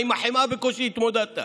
אתה עם החמאה בקושי התמודדת.